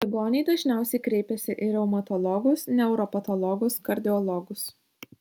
ligoniai dažniausiai kreipiasi į reumatologus neuropatologus kardiologus